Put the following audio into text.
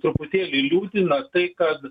truputėlį liūdina tai kad